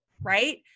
right